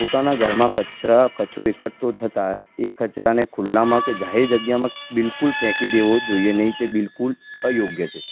પોતાના ઘરમાં કચરા કચરો એકઠો થતાં એ કચરાને ખુલ્લામાં કે જાહેર જગ્યામાં બિલકુલ ફેંકી દેવો જોઇએ નહીં તે બિલકુલ અયોગ્ય છે